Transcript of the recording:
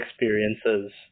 experiences